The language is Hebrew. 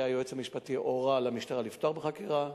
שהיועץ המשפטי הורה למשטרה לפתוח בחקירה.